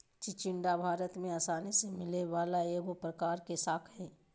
चिचिण्डा भारत में आसानी से मिलय वला एगो प्रकार के शाक हइ